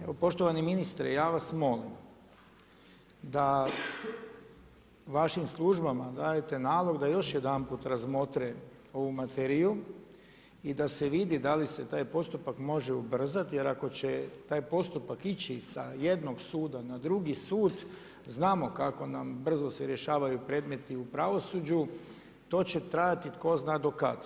Evo poštovani ministre, ja vas molim da vašim službama dajete nalog da još jedanput razmotre ovu materiju i da se vidi da li ste taj postupak miže ubrzati jer ako će taj postupak ići sa jednog suda na drugi sud, znamo kako nam brzo se rješavaju predmeti u pravosuđu, to će trajati tko zna do kad.